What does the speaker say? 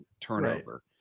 Turnover